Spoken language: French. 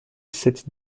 cette